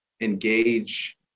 engage